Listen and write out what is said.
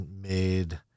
made